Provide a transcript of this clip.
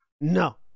no